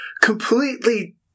completely